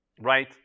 right